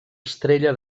estrella